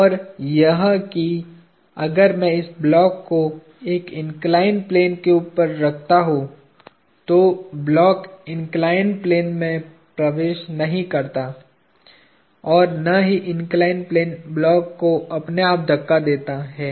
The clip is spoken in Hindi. और यह कि अगर मैं इस ब्लॉक को एक इन्कलाईन्ड प्लेन के ऊपर रखता हूं तो ब्लॉक इन्कलाईन्ड प्लेन में प्रवेश नहीं करता है और न ही इन्कलाईन्ड प्लेन ब्लॉक को अपने आप धक्का देता है